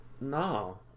No